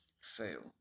fail